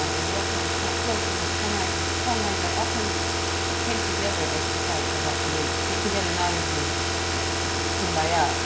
the local and the translocal, the colonized and the colonizer, are often came together at the site of rock reliefs, came together not as in this expression like kumbaya, ah